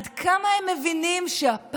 עד כמה הם מבינים שהפעם